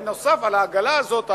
ונוסף על העגלה הזאת,